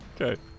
Okay